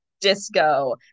disco